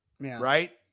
right